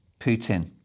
Putin